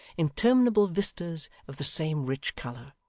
interminable vistas of the same rich colour.